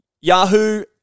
Yahoo